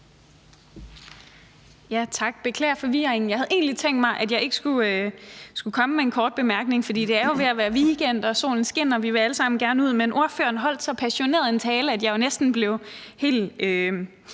Tak. Beklager forvirringen, jeg havde egentlig tænkt mig, at jeg ikke skulle komme med en kort bemærkning, for det er jo ved at være weekend og solen skinner, og vi vil alle sammen gerne ud, men ordføreren holdt så passioneret en tale, at jeg jo næsten blev helt,